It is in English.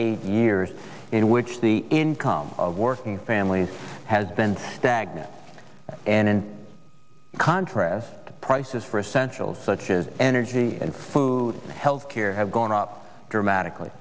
eight years in which the income of working families has been stagnant and in contrast prices for essential such as energy and food healthcare have gone up dramatically